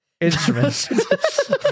Instruments